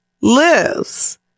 lives